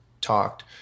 talked